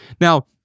now